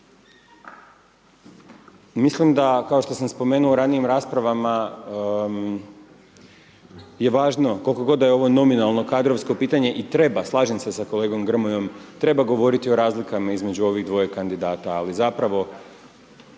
Mislim da kao što sam spomenuo u ranijim raspravama je važno koliko god da je ovo nominalno kadrovsko pitanje i treba, slažem se sa kolegom Grmojom, treba govoriti o razlikama između ovih dvoje kandidata ali zapravo